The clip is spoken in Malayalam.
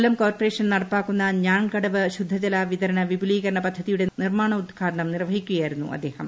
കൊല്ലം കോർപ്പറേഷൻ നടപ്പാക്കുന്ന ഞാങ്കടവ് ശുദ്ധജല വിതരണ വിപൂലികരണ പദ്ധതിയുടെ നിർമാണോദ്ഘാടനം നിർവഹിക്കുകയായിരുന്നു അദ്ദേഹം